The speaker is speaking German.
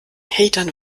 hatern